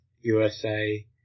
USA